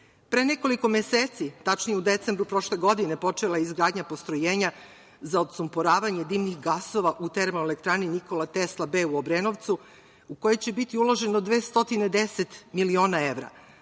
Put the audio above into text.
nekoliko meseci, tačnije u decembru prošle godine, počela je izgradnja postrojenja za odsumporavanje dimnih gasova u Termoelektrani „Nikola Tesla B“ u Obrenovcu, u koju će biti uloženo 210 miliona evra.